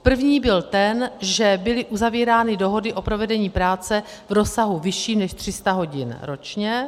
První byl ten, že byly uzavírány dohody o provedení práce v rozsahu vyšším než 300 hodin ročně.